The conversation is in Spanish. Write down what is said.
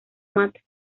mata